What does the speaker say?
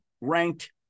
ranked